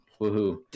woohoo